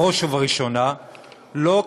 בראש ובראשונה לא,